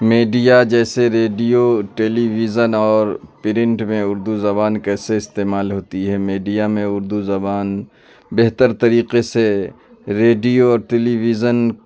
media جیسے radio television اور print میں اردو زبان کیسے استعمال ہوتی ہے میڈیا میں اردو زبان بہتر طریقے سے ریڈیو اور ٹیلیویژن